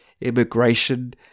immigration